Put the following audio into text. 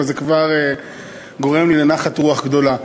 אז זה כבר גורם לי נחת רוח גדולה.